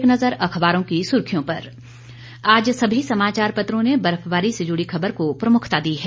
एक नजर अखबारों की सुर्खियों पर आज सभी समाचार पत्रों ने बर्फबारी से जुड़ी खबर को प्रमुखता दी है